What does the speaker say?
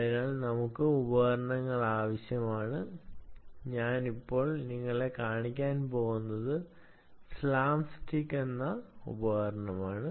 അതിനായി നമ്മൾക്ക് ഉപകരണങ്ങൾ ആവശ്യമാണ് ഞാൻ ഇപ്പോൾ നിങ്ങളെ കാണിക്കാൻ പോകുന്നത് സ്ലാംസ്റ്റിക്ക് എന്ന ഉപകരണമാണ്